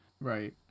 Right